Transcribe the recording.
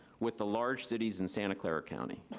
with the large cities in santa clara county,